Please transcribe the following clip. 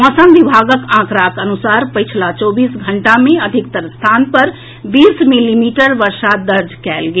मौसम विभागक आंकड़ाक अनुसार पछिला चौबीस घंटा मे अधिकतर स्थान पर बीस मिलीमीटर वर्षा दर्ज कएल गेल